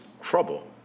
trouble